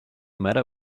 matter